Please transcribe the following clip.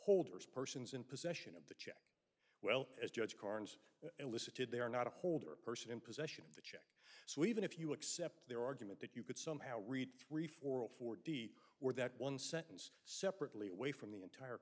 holders persons in possession of the well as judge carnes elicited they are not a holder a person in possession of the check so even if you accept their argument that you could somehow read three four hundred forty or that one sentence separately away from the entire